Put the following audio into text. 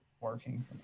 working